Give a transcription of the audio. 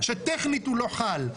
שטכנית הוא לא חל,